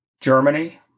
Germany